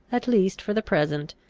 at least for the present,